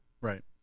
Right